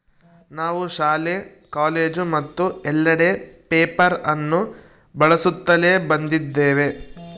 ನಾವು ಶಾಲೆ, ಕಾಲೇಜು ಮತ್ತು ಎಲ್ಲೆಡೆ ಪೇಪರ್ ಅನ್ನು ಬಳಸುತ್ತಲೇ ಬಂದಿದ್ದೇವೆ